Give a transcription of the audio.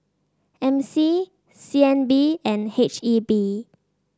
M C C N B and H E B